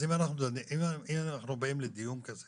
אז אם אנחנו באים לדיון כזה